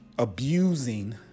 abusing